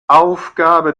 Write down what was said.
aufgabe